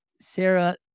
Sarah